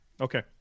Okay